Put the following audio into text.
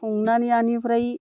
संनानै बेनिफ्राय